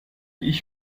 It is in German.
ich